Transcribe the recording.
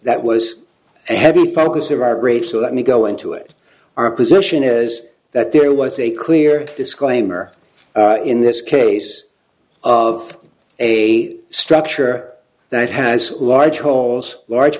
that was a heavy focus of our great so let me go into it our position is that there was a clear disclaimer in this case of a structure that has large holes large